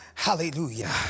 Hallelujah